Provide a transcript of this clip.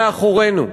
מאחורינו.